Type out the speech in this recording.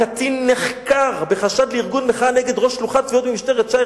הקטין נחקר בחשד לארגון מחאה נגד ראש שלוחת תביעות במשטרת ש"י,